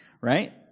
right